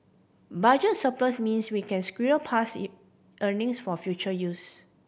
budget surplus means we can squirrel past E earnings for future use